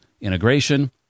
Integration